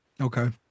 okay